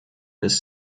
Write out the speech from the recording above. his